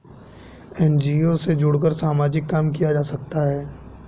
NGO से जुड़कर सामाजिक काम किया जा सकता है